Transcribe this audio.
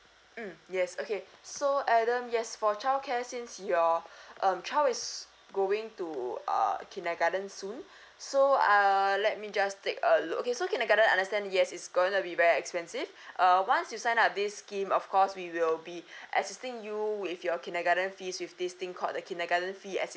mm yes okay so adam yes for childcare since your um child is going to uh kindergarten soon so err let me just take a look okay so kindergarten I understand yes it's gonna to be very expensive uh once you sign up this scheme of course we will be assisting you with your kindergarten fees with this thing called the kindergarten fee